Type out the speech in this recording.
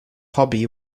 hobby